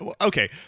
Okay